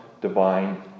divine